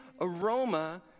aroma